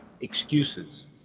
excuses